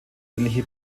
ähnliche